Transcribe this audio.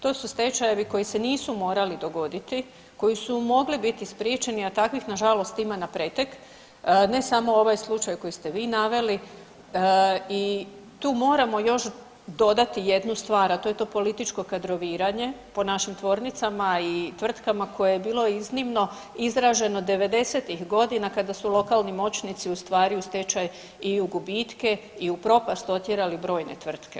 To su stečajevi koji se nisu morali dogoditi, koji su mogli biti spriječeni, a takvih nažalost ima napretek ne samo ovaj slučaj koji ste vi naveli i tu moramo još dodati jednu stvar, a to je to političko kadroviranje po našim tvornicama i tvrtkama koje je bilo iznimno izraženo '90. kada su lokalni moćnici u stvari u stečaj i u gubitke i u propast otjerali brojne tvrtke.